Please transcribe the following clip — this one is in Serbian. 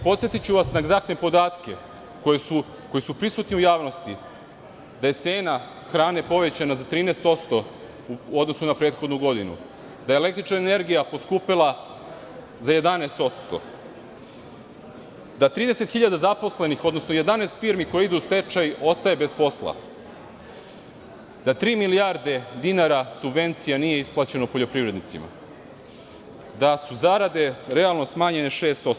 Podsetiću vas na egzaktne podatke koji su prisutni u javnosti, da je cena hrane povećana za 13% u odnosu na prethodnu godinu, da je električna energija poskupela za 11%, da 30.000 zaposlenih, odnosno 11 firmi koje idu u stečaj, ostaje bez posla, da tri milijarde dinara subvencija nije isplaćeno poljoprivrednicima, da su zarade realno smanjene 6%